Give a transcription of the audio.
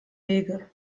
wege